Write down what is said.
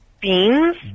Beans